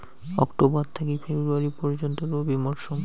October থাকি February পর্যন্ত রবি মৌসুম